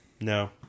No